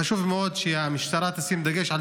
חשוב מאוד שהמשטרה תשים על זה דגש.